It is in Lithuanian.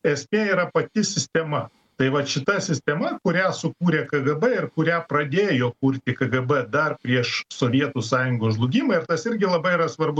esmė yra pati sistema tai vat šita sistema kurią sukūrė kgb ir kurią pradėjo kurti kgb dar prieš sovietų sąjungos žlugimą ir tas irgi labai yra svarbu